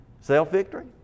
Self-victory